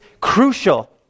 crucial